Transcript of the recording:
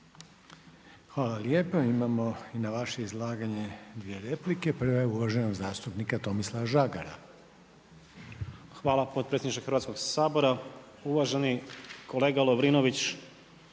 Hvala lijepa. Imamo i na vaše izlaganje dvije replike. Prva je uvaženog zastupnika Tomislav Žagara. **Žagar, Tomislav (Nezavisni)** Hvala potpredsjedniče Hrvatskog sabora. Uvaženi kolega Lovrinović,